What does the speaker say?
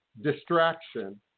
distraction